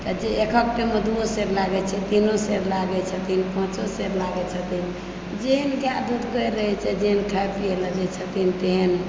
जे एक एक टाइममे दुओ सेर लागै छथिन तीनो सेर लागै छथिन पाँचो सेर लागै छथिन जेहन गाय दुधगर रहैत छै जेहन खाए पियै लेल दए छथिन तेहन